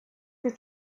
que